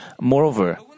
Moreover